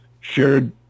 shared